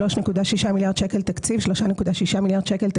תקציב של 3.6 מיליארד שקל,